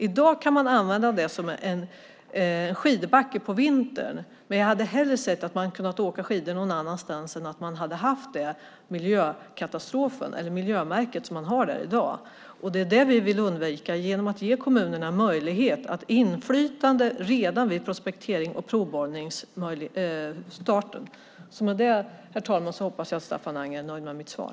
I dag kan man använda den som skidbacke på vintern, men jag hade hellre sett att man kunde åka skidor någon annanstans än att ha det miljömärke som finns där i dag. Det är det vi vill undvika genom att ge kommunerna möjlighet till inflytande redan vid prospekterings och provborrningsstarten. Med det, herr talman, hoppas jag att Staffan Anger är nöjd med mitt svar.